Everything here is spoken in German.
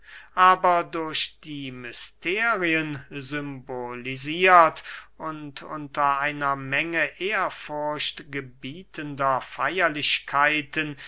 aber durch die mysterien symbolisiert und unter einer menge ehrfurcht gebietender feierlichkeiten